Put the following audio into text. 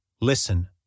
Listen